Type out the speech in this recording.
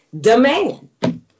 demand